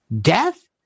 Death